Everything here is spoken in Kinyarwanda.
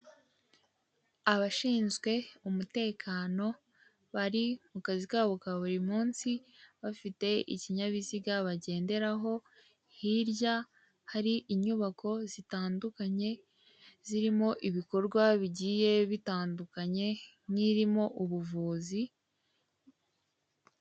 Abashinzwe umutekano bari mu kazi kabo ka buri munsi bafite ikinyabiziga bagenderaho, hirya hari inyubako zitandukanye zirimo ibikorwa bigiye bitandukanye n'irimo ubuvuzi.